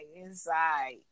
inside